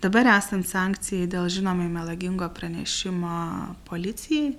dabar esant sankcijai dėl žinomai melagingo pranešimo policijai